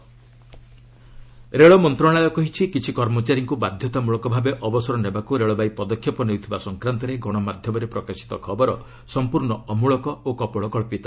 railway ରେଳ ମନ୍ତ୍ରଣାଳୟ କହିଛି କିଛି କର୍ମଚାରୀଙ୍କୁ ବାଧ୍ୟତାମୂଳକ ଭାବେ ଅବସର ନେବାକୁ ରେଳବାଇ ପଦକ୍ଷେପ ନେଉଥିବା ସଂକ୍ରାନ୍ତରେ ଗଣମାଧ୍ୟମରେ ପ୍ରକାଶିତ ଖବର ସମ୍ପୂର୍ଣ୍ଣ ଅମ୍ଳକ ଓ କପୋଳକ୍ଷିତ